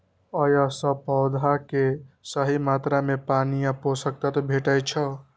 अय सं पौधा कें सही मात्रा मे पानि आ पोषक तत्व भेटै छै